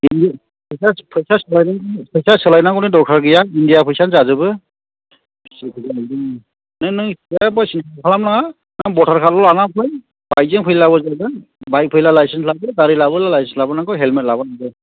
फैसा सोलायनांगौनि दरखार गैया इण्डियानि फैसायानो जाजोबो नों जेबो सिन्था खालाम नाङा नों भटार कार्दल' लानानै फै बाइकजों फैयोब्लाबो जागोन बाइक फैयोब्ला लाइसेन्स लाबो गारि लाबोब्ला लाइसेन्स लाबोनांगौ हेल्मेट लाबोनांगौ